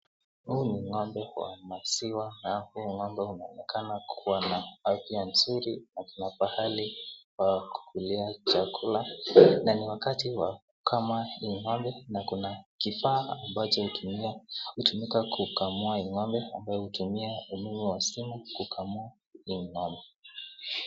Huyu ni ng'ombe wa maziwa na huyu ng'ombe anaonekana kuwa na afya nzuri na kuna pahali pa kukulia chakula. Na ni wakati wa kukamua hii ng'ombe na kuna kifaa ambacho hutumika kukamua hii ng'ombe ambayo hutumia umeme wa simu kukamua hii ng'ombe.